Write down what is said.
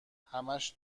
همش